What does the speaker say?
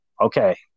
okay